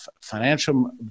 financial